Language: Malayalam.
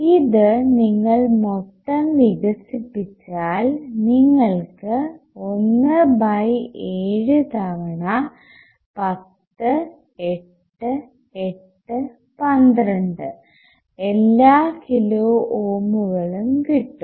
ഇത് നിങ്ങൾ മൊത്തം വികസിപ്പിച്ചാൽ നിങ്ങൾക്ക് 1 ബൈ 7 തവണ 10 8 8 12 എല്ലാ കിലോ ഓമുകളും കിട്ടും